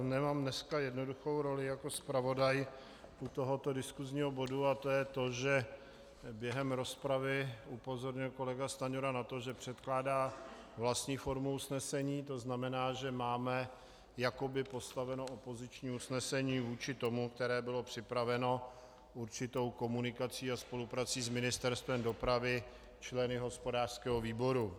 Nemám dneska jednoduchou roli jako zpravodaj u tohoto diskusního bodu a to je to, že během rozpravy upozornil kolega Stanjura na to, že předkládá vlastní formu usnesení, to znamená, že máme jakoby postaveno opoziční usnesení vůči tomu, které bylo připraveno určitou komunikací a spoluprací s Ministerstvem dopravy a členy hospodářského výboru.